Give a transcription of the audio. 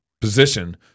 position